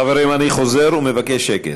189. חברים, אני חוזר ומבקש שקט.